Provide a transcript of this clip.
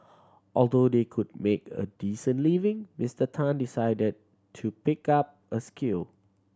although they could make a decent living Mister Tan decided to pick up a skill